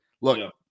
Look